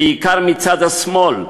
בעיקר מצד השמאל,